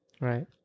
Right